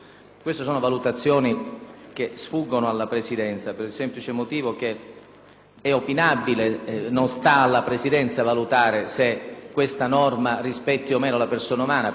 è opinabile. Non sta alla Presidenza valutare se questa norma rispetti o meno la persona umana, perché così facendo anche altre proposte emendative che possono